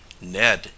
Ned